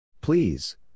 Please